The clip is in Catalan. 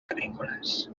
agrícoles